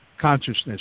consciousness